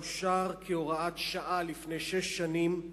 אושר כהוראת שעה לפני שש שנים.